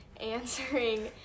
answering